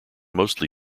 mostly